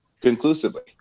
conclusively